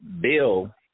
bill